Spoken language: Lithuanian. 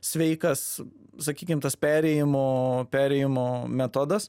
sveikas sakykim tas perėjimo perėjimo metodas